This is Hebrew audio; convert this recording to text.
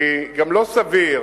כי גם לא סביר